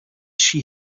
she